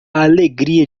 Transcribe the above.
alegria